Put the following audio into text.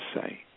say